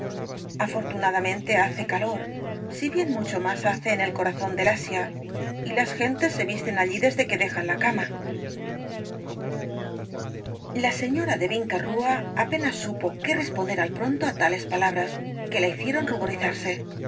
afortunadamente hace calor si bien mucho más hace en el corazón del asia y las gentes se visten allí desde que dejan la cama la señora de vinca rúa apenas supo qué responder al pronto á tales palabras que la hicieron ruborizarse